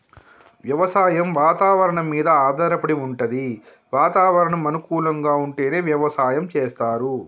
వ్యవసాయం వాతవరణం మీద ఆధారపడి వుంటది వాతావరణం అనుకూలంగా ఉంటేనే వ్యవసాయం చేస్తరు